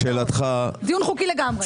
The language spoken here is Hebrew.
דיון חוקי לגמרי.